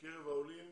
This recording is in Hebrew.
בקרוב העולים,